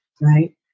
right